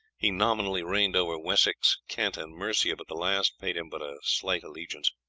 he nominally reigned over wessex, kent, and mercia, but the last paid him but a slight allegiance.